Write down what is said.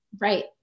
Right